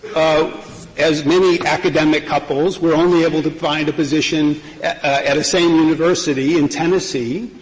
as many academic couples, were only able to find a position at a same university in tennessee.